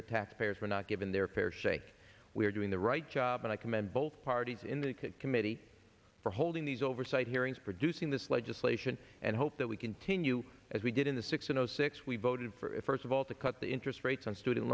that taxpayers were not given their fair shake we're doing the right job and i commend both parties in the committee for holding these oversight hearings produce in this legislation and hope that we continue as we did in the six in zero six we voted for it first of all to cut the interest rates on student